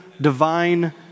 divine